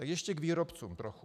Ještě k výrobcům trochu.